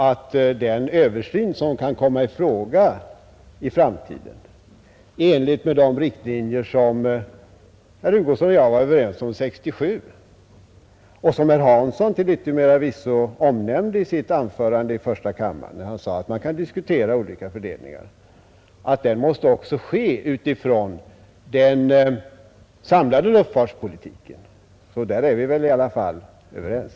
Även den översyn som kan komma i fråga i framtiden i enhetlighet med de riktlinjer som herr Hugosson och jag var överens om 1967 — och som herr Torsten Hansson till yttermera visso omnämnde i sitt anförande i första kammaren i december förra året, när han sade att man kan diskutera olika fördelningar — måste ske utifrån den samlade luftfartspolitiken. Där är vi väl i alla fall överens.